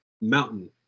mountain